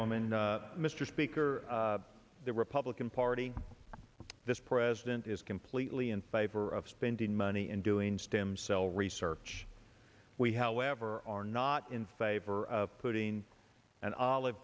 gentleman mr speaker the republican party this president is completely in favor of spending money and doing stem cell research we however are not in favor of putting an olive